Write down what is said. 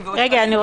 הקריטיים.